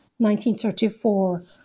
1934